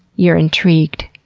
you are intrigued.